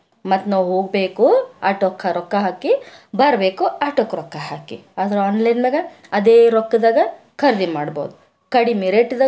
ಮತ್ತೆ ನಾವು ಹೋಗಬೇಕು ಆಟೋಗೆ ರೊಕ್ಕ ಹಾಕಿ ಬರಬೇಕು ಆಟೋಗೆ ರೊಕ್ಕ ಹಾಕಿ ಆದ್ರೆ ಆನ್ಲೈನ್ ಮ್ಯಾಗ ಅದೇ ರೊಕ್ಕದಾಗ ಖರೀದಿ ಮಾಡ್ಬೋದು ಕಡಿಮೆ ರೇಟ್ದಾಗ